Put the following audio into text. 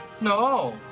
No